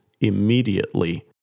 immediately